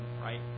right